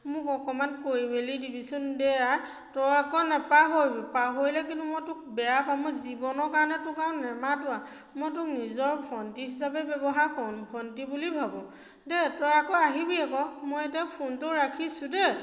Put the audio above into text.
মোক অকণমান কৰি মেলি দিবিচোন দে আই তই আকৌ নাপাহৰিবি পাহৰিলে কিন্তু মই তোক বেয়া পাম মোৰ জীৱনৰ কাৰণে তোক আৰু নামাতো আৰু মই তোক নিজৰ ভণ্টি হিচাপে ব্যৱহাৰ কৰোঁ ভণ্টি বুলি ভাবোঁ দেই তই আকৌ আহিবি আকৌ মই এতিয়া ফোনটো ৰাখিছোঁ দেই